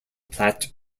platte